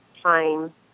time